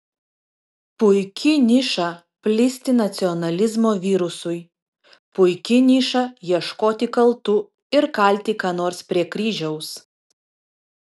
puiki niša plisti nacionalizmo virusui puiki niša ieškoti kaltų ir kalti ką nors prie kryžiaus